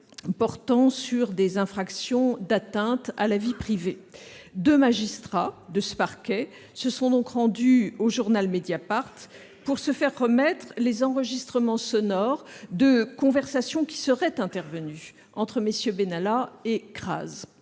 portant sur des infractions d'atteinte à la vie privée. Deux magistrats de ce parquet se sont donc rendus au journal Mediapart pour se faire remettre les enregistrements sonores de conversations qui seraient intervenues entre MM. Benalla et Crase.